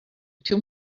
too